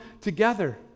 together